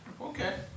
Okay